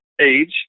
age